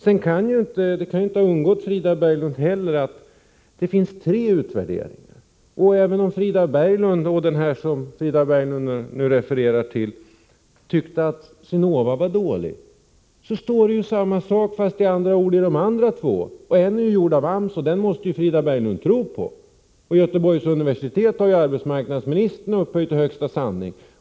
Det kan inte ha undgått Frida Berglund att det finns tre utvärderingar. Frida Berglund och någon som hon refererade till tycker att Sinovarapporten är dålig. Men där står ju samma sak som i de andra två rapporterna. En av dem är gjord av AMS, så den måste ju Frida Berglund tro på. Och rapporten från Göteborgs universitet har ju arbetsmarknadsministern upphöjt till högsta sanning.